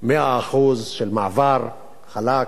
100% של מעבר חלק.